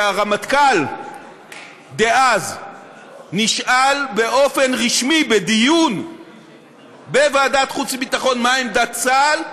כשהרמטכ"ל דאז נשאל באופן רשמי בדיון בוועדת חוץ וביטחון מה עמדת צה"ל,